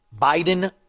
Biden